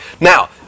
Now